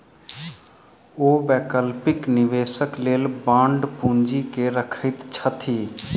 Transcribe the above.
ओ वैकल्पिक निवेशक लेल बांड पूंजी के रखैत छथि